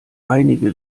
einige